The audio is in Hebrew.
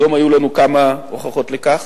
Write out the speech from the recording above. היום היו לנו כמה הוכחות לכך,